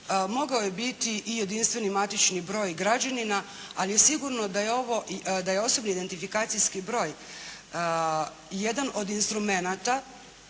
mogao je biti i jedinstveni broj građanina, ali je sigurno da je osobni identifikacijski broj jedan od instrumenata